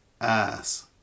ass